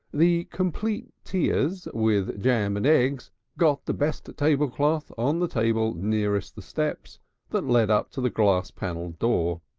the complete tea-ers with with jam and eggs got the best tablecloth on the table nearest the steps that led up to the glass-panelled door.